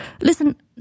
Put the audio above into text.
Listen